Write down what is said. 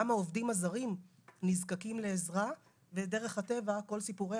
גם העובדים הזרים נזקקים לעזרה ובדרך הטבע כל סיפורי